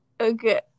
Okay